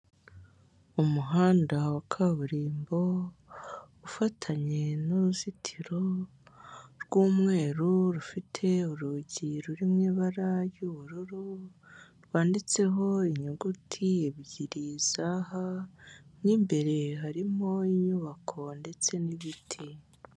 Uumuhanda wa kaburimbo ufatanye n'uruzitiro rw'umweru rufite urugi ruri mu ibara ry'ubururu, rwanditseho inyuguti ebyiri za ha, mo imbere harimo inyubako ndetse n'ibiti.